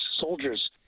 soldiers